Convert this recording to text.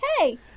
Hey